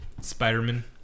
Spider-Man